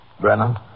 Brennan